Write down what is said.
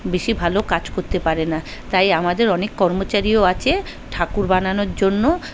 বেশি ভালো কাজ করতে পারে না তাই আমাদের অনেক কর্মচারীও আছে ঠাকুর বানানোর জন্য